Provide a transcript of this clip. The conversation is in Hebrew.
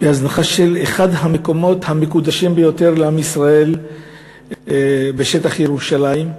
בהזנחה של אחד המקומות המקודשים ביותר לעם ישראל בשטח ירושלים.